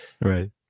Right